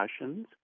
discussions